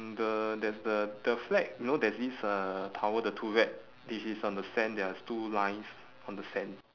the there is the the flag you know there is this uh tower the turret this is on the sand there is two lines on the sand